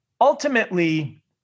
ultimately